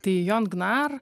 tai jon gnar